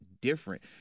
different